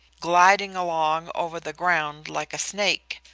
gliding along over the ground like a snake.